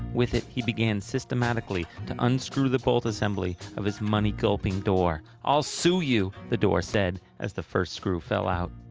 with it, he began systematically to unscrew the bolt assembly of his money-gulping door. i'll sue you! the door said, as the first screw fell out.